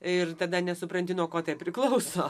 ir tada nesupranti nuo ko tie priklauso